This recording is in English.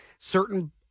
Certain